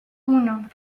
uno